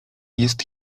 jest